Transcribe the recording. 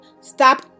stop